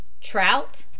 Trout